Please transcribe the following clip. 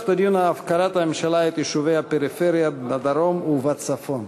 את הדיון על הפקרת הממשלה את יישובי הפריפריה בדרום ובצפון.